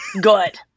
good